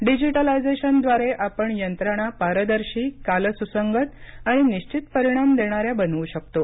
डिजिटलायजेशनद्वारे आपण यंत्रणा पारदर्शी कालसुसंगत आणि निश्वित परिणाम देणाऱ्या बनवू शकतो